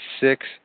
Six